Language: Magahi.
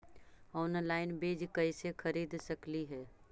ऑनलाइन बीज कईसे खरीद सकली हे?